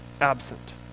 absent